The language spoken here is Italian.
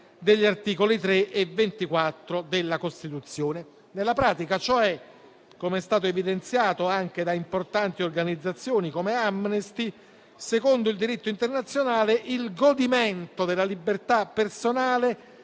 degli articoli 3 e 24 della Costituzione. Nella pratica, cioè, come è stato evidenziato anche da importanti organizzazioni come Amnesty International, secondo il diritto internazionale il godimento della libertà personale